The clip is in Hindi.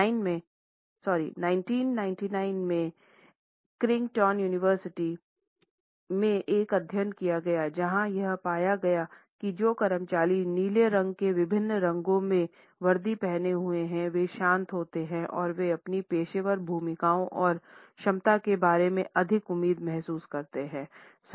1999 में क्रैग्जटन यूनिवर्सिटी में एक अध्ययन किया गया जहाँ पाया गया कि जो कर्मचारी नीले रंग के विभिन्न रंगों में वर्दी पहने हुए थे वे शांत होते है और वे अपनी पेशेवर भूमिकाओं और क्षमता के बारे में अधिक उम्मीद महसूस करते थे